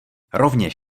rovněž